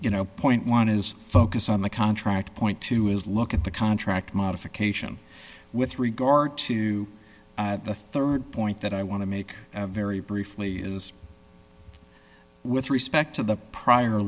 you know point one is focus on the contract point two is look at the contract modification with regard to the rd point that i want to make very briefly is with respect to the prior